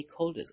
stakeholders